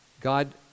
God